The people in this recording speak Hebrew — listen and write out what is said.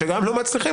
שגם לא מצליחים,